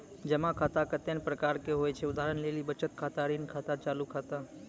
जमा खाता कतैने प्रकार रो हुवै छै उदाहरण लेली बचत खाता ऋण खाता चालू खाता